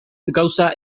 gauza